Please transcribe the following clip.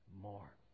more